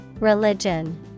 Religion